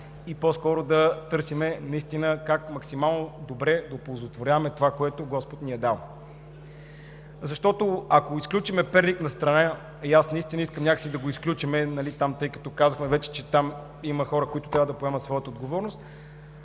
и по-скоро да търсим наистина как максимално добре да оползотворяваме това, което Господ ни е дал. Ако изключим Перник настрана и аз наистина искам някак си да го изключим, тъй като казахме вече, че там има хора, които трябва да поемат своята отговорност,